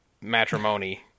matrimony